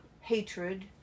hatred